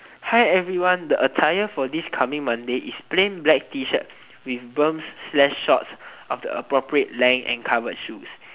hi everyone the attire for this coming monday is plain black t-shirt with berms slash shorts of the appropriate length and covered shoes